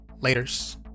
Laters